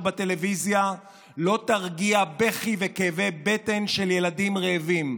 בטלוויזיה לא תרגיע בכי וכאבי בטן של ילדים רעבים.